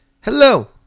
hello